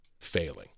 failing